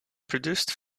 produced